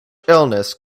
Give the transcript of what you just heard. illness